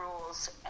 rules